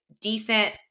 decent